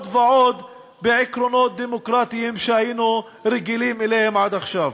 ועוד בעקרונות דמוקרטיים שהיינו רגילים אליהם עד עכשיו.